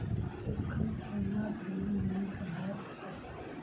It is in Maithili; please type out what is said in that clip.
एखन कोना बीमा नीक हएत छै?